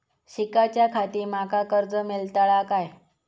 शिकाच्याखाती माका कर्ज मेलतळा काय?